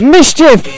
Mischief